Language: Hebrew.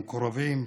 למקורבים,